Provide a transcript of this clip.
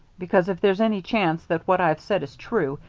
because if there's any chance that what i've said is true,